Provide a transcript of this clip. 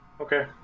Okay